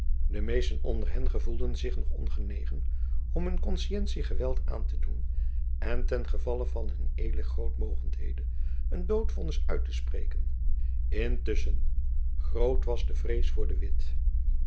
elizabeth musch der hen gevoelden zich nog ongenegen om hun konscientie geweld aan te doen en ten gevalle van hun ed groot mogenden een doodvonnis uit te spreken intusschen groot was de vrees voor de witt